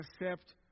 accept